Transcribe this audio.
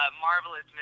Marvelous